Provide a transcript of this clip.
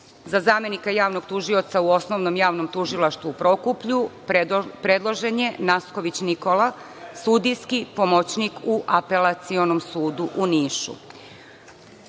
zamenika Javnog tužioca u Osnovnom javnom tužilaštvu u Prokuplju predložen je Nasković Nikola, sudijski pomoćnik u Apelacionom sudu u